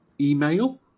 email